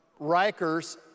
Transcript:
Rikers